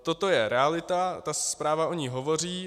Toto je realita, ta zpráva o ní hovoří.